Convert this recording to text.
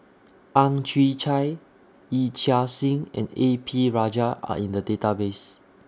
Ang Chwee Chai Yee Chia Hsing and A P Rajah Are in The Database